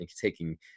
taking